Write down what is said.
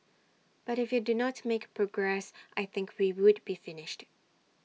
but if you do not make progress I think we would be finished